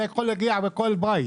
זה יכול להגיע לכל בית,